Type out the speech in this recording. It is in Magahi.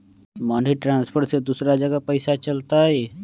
मनी ट्रांसफर से दूसरा जगह पईसा चलतई?